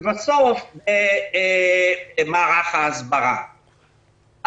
ולבסוף במערך ההסברה.